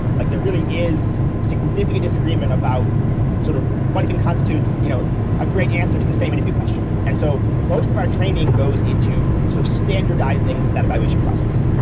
like there really is significant disagreement about sort of what even constitutes you know a great answer to the same interview question. and so most of our training goes into sort of standardizing that evaluation process.